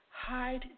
hide